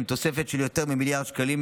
עם תוספת של יותר ממיליארד שקלים.